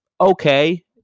okay